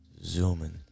zooming